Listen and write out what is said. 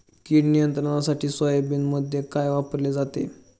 कीड नियंत्रणासाठी सोयाबीनमध्ये काय वापरले जाते?